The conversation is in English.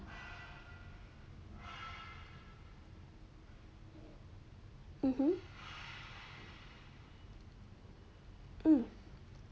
mmhmm hmm